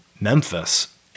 Memphis